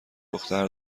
دختر